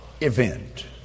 event